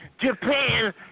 Japan